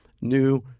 new